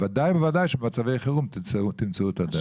ודאי שבמצבי חירום תמצאו את הדרך.